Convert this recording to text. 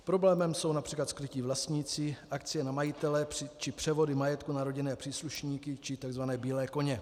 Problémem jsou například skrytí vlastníci, akcie na majitele či převody majetku na rodinné příslušníky či takzvané bílé koně.